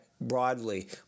broadly